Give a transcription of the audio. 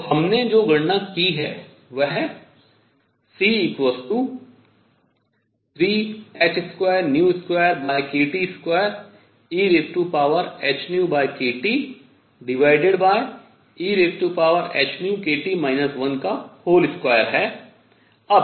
तो हमने जो गणना की है वह C3h22kT2 ehνkTehνkT 12 है